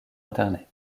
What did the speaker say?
internet